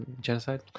genocide